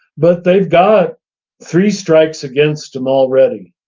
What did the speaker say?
but they've got three strikes against them already,